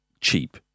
cheap